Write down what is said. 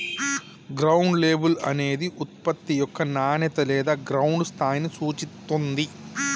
ground label అనేది ఉత్పత్తి యొక్క నాణేత లేదా గ్రౌండ్ స్థాయిని సూచిత్తుంది